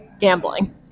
gambling